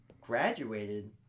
graduated